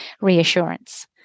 reassurance